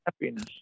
happiness